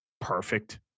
perfect